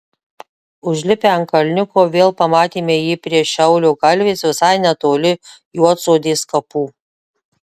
užlipę ant kalniuko vėl pamatėme jį prie šiaulio kalvės visai netoli juodsodės kapų